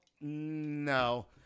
No